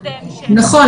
נכון.